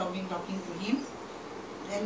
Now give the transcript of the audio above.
okay lah I was keeping keeping him awake lah